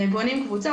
בונים קבוצה,